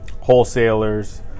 wholesalers